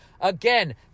Again